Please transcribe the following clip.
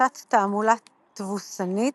הפצת תעמולה תבוסנית,